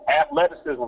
athleticism